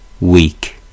weak